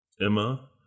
Emma